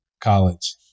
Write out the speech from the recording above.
College